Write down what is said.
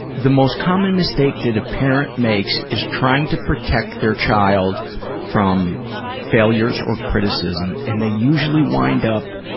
the most common mistake that a parent makes is trying to protect their child from failures or criticism, and they usually wind up,